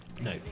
No